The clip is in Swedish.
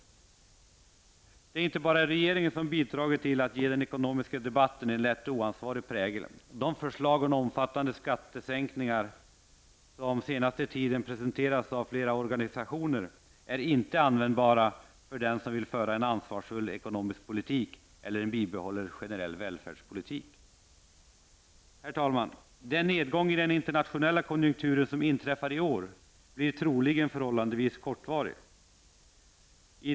Men det är inte bara regeringen som bidragit till att ge den ekonomiska debatten en lätt oansvarligt prägel. De förslag till omfattande sänkningar av skattetrycket som den senaste tiden har presenterats av flera organisationer är inte användbara för den som vill föra en ansvarfull ekonomisk politik eller en bibehållen generell välfärdspolitik. Herr talman! Den nedgång i den internationella konjunkturen som inträffar i år blir troligen förhållandevis kortvarig.